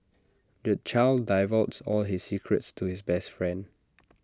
the child divulged all his secrets to his best friend